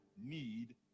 need